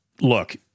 look